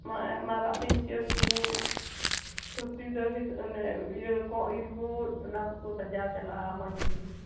ᱢᱟᱨᱟᱜ ᱯᱤᱧᱪᱟᱹᱨ ᱠᱚ ᱫᱷᱩᱛᱤ ᱫᱟᱹᱲᱦᱤ ᱚᱱᱮ ᱤᱭᱟᱹ ᱠᱚᱸᱜ ᱤᱞ ᱠᱚ ᱚᱱᱟᱠᱚᱠᱚ ᱥᱟᱡᱟᱣ ᱪᱟᱞᱟᱜᱼᱟ ᱢᱚᱡᱽᱜᱮ